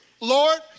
Lord